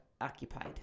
occupied